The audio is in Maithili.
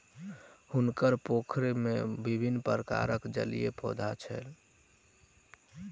हुनकर पोखैर में विभिन्न प्रकारक जलीय पौधा छैन